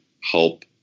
help